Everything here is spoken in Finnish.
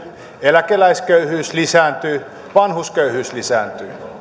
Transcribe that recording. eläkeläisköyhyys lisääntyy vanhusköyhyys lisääntyy